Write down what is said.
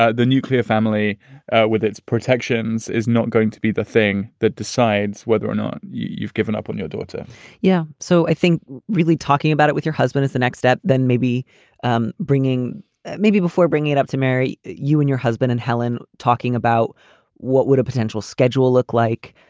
ah the nuclear family with its protections is not going to be the thing that decides whether or not you've given up on your daughter yeah. so i think really talking about it with your husband is the next step then maybe um bringing it maybe before bringing it up to marry you and your husband and helen talking about what would a potential schedule look like?